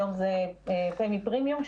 היום זה פמי פרימיום,